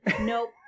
nope